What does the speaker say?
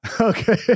Okay